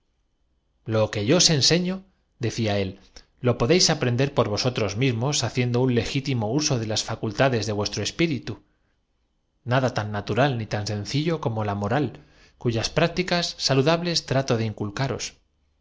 lo que yo os enseño decía él lo podéis aprender su mandato restituir su mandato es hacerse eterno por vosotros mismos haciendo un legítimo uso de el que sabe hacerse eterno es iluminado el que no las facultades de vuestro espíritu nada tan natural se convierte en víctima del error y de todas las calani tan sencillo como la moral cuyas prácticas saludamidades bles trato de